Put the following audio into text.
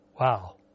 Wow